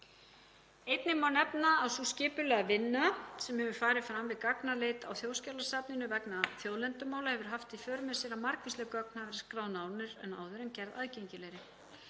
Einnig má nefna að sú skipulagða vinna sem hefur farið fram við gagnaleit á Þjóðskjalasafninu vegna þjóðlendumála hefur haft í för með sér að margvísleg gögn hafa verið skráð nánar en áður og gerð aðgengilegri.